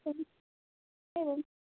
एवम् एवम्